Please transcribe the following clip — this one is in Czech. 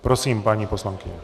Prosím, paní poslankyně.